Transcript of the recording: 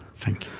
thank